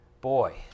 boy